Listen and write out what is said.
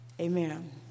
Amen